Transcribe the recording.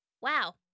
Wow